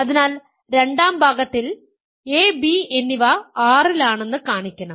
അതിനാൽ രണ്ടാം ഭാഗത്തിൽ a b എന്നിവ R ലാണെന്ന് കാണിക്കണം